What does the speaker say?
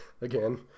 again